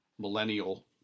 millennial